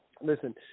Listen